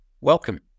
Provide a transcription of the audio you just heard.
welcome